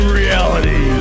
reality